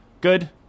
Good